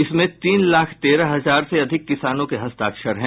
इसमें तीन लाख तेरह हजार से अधिक किसानों को हस्ताक्षर हैं